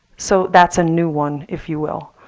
so that's a new one, if you will,